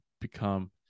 become